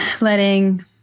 letting